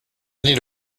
need